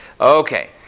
Okay